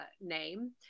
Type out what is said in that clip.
name